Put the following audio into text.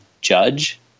judge